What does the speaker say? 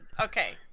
Okay